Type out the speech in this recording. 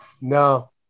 No